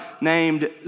named